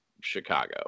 Chicago